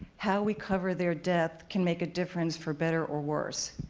how we cover their death can make a difference for better or worse.